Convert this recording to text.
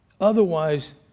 Otherwise